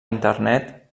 internet